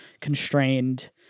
constrained